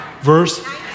Verse